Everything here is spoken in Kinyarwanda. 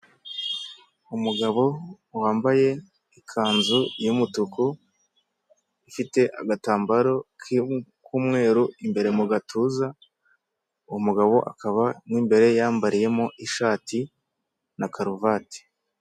Umugabo wambaye ikanzu y'umutuku ifite agatambaro k'umweru imbere mu gatuza umugabo akaba n'imbere yambariyemo ishati na karuvati .